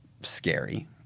scary